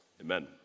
Amen